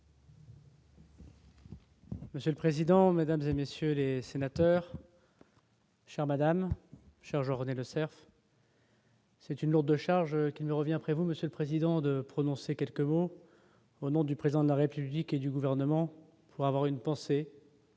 Monsieur le président, Mesdames et messieurs les sénateurs. Chère madame chargeant René Lasserre. C'est une lourde charge qui me revient, Monsieur le Président de prononcer quelques mots au nom du président de la République et du gouvernement pour avoir une pensée.